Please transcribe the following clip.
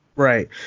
Right